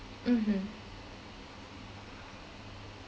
(uh huh)